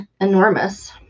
enormous